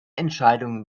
entscheidungen